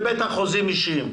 ובטח חוזים אישיים.